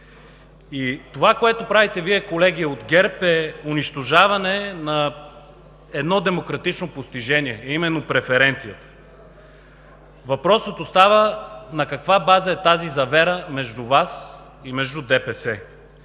Това, което правите Вие, колеги от ГЕРБ, е унищожаване на едно демократично постижение, а именно преференцията. Въпросът остава: на каква база е тази завера между Вас и между ДПС?